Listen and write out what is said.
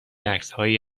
عکسهایی